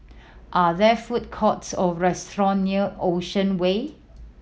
are there food courts or restaurant near Ocean Way